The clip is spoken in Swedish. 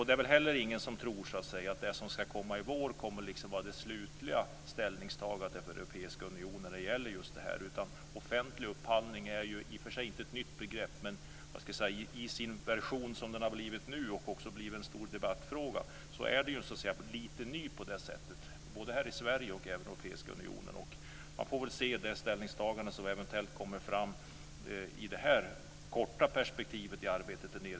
Det är väl heller ingen som tror att det som kommer i vår kommer att vara det slutliga ställningstagandet för den europeiska unionen när det gäller just det här. Offentlig upphandling är i och för sig inte ett nytt begrepp men i den version som det nu blivit - dessutom har ju detta blivit en stor debattfråga - är frågan lite ny på det sättet, både här i Sverige och i den europeiska unionen. Man får väl se det ställningstagande som eventuellt kommer fram i det korta perspektivet i arbetet där nere.